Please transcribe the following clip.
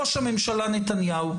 ראש הממשלה נתניהו,